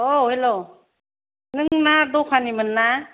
औ हेल' नों ना दखानिमोन ना